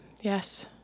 yes